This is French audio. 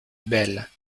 belles